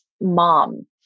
mom